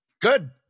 good